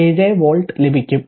947 volt ലഭിക്കും